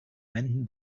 when